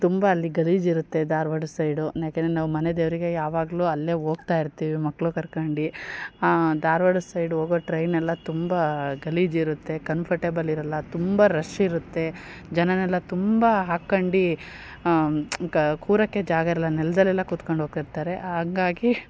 ತುಂಬ ಅಲ್ಲಿ ಗಲೀಜು ಇರುತ್ತೆ ಧಾರ್ವಾಡ ಸೈಡು ಯಾಕೆನೆ ನಾವು ಮನೆದೇವರಿಗೆ ಯಾವಾಗಲೂ ಅಲ್ಲೇ ಹೋಗ್ತಾ ಇರ್ತೀವಿ ಮಕ್ಕಳು ಕರ್ಕಂಡು ಧಾರ್ವಾಡ ಸೈಡು ಹೋಗೋ ಟ್ರೈನೆಲ್ಲ ತುಂಬ ಗಲೀಜು ಇರುತ್ತೆ ಕನ್ಫಟೆಬಲ್ ಇರೋಲ್ಲ ತುಂಬ ರಶ್ ಇರುತ್ತೆ ಜನನೆಲ್ಲ ತುಂಬ ಹಾಕ್ಕಂಡು ಕೂರೋಕ್ಕೆ ಜಾಗ ಇರಲ್ಲ ನೆಲ್ದಲ್ಲೆಲ್ಲ ಕುತ್ಕಂಡು ಹೋಗ್ತಿರ್ತಾರೆ ಹಂಗಾಗಿ